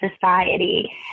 society